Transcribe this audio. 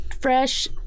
fresh